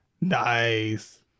nice